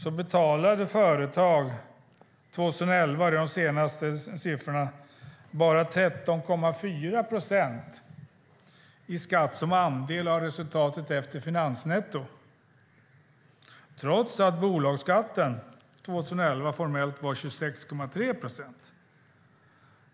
År 2011 - det är de senaste siffrorna - betalade företag bara 13,4 procent i skatt som andel av resultatet efter finansnetto, trots att bolagsskatten 2011 formellt var 26,3 procent.